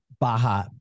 Baja